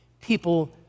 people